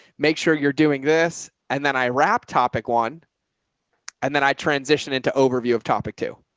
make sure you're doing this. and then i wrapped topic one and then i transitioned into overview of topic two.